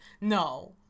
no